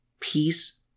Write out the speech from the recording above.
peace